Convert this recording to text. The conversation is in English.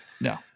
No